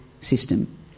system